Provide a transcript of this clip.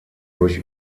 durch